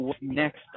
next